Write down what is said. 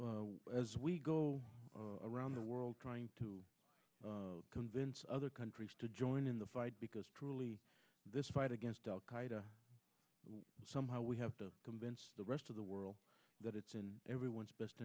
countries as we go around the world trying to convince other countries to join in the fight because truly this fight against al qaeda somehow we have to convince the rest of the world that it's in everyone's best